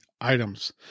Items